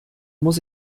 muss